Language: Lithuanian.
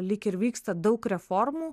lyg ir vyksta daug reformų